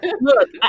Look